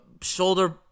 shoulder